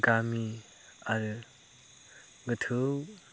गामि आरो गोथौ